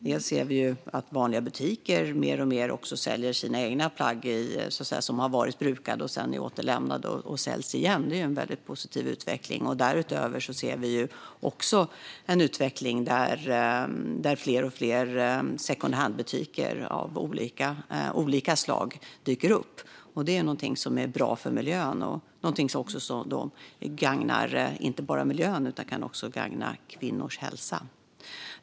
Vi ser att vanliga butiker mer och mer säljer egna plagg som har varit brukade och sedan säljs igen. Det är en väldigt positiv utveckling. Vi ser också att det blir fler och fler secondhandbutiker av olika slag. Det är något som är bra för miljön och som också kan gagna kvinnors hälsa.